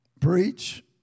preach